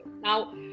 now